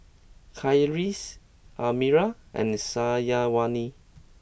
Khalish Amirah and Syazwani